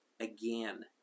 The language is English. Again